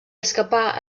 escapar